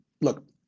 Look